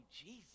Jesus